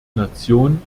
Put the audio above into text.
nation